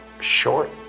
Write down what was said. short